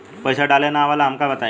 पईसा डाले ना आवेला हमका बताई?